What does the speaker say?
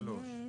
47(א)(3).